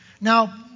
Now